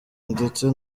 ndetse